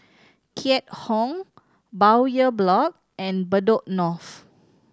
Keat Hong Bowyer Block and Bedok North